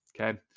Okay